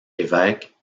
évêques